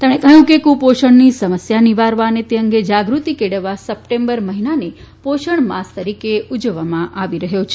તેમણે કહ્યું કે કુપોષણનીસમસ્યા નિવારવા અને તે અંગે જાગૃતિ કેળવવા સપ્ટેમ્બર મહિનાને પોષણ માસ તરીકે ઉજવવામાં આવી રહ્યો છે